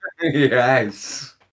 Yes